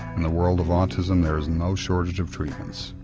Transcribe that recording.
in the world of autism there is no shortage of treatments,